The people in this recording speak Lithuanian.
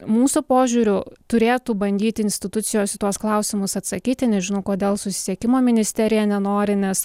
mūsų požiūriu turėtų bandyt institucijos į tuos klausimus atsakyti nežinau kodėl susisiekimo ministerija nenori nes